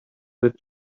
that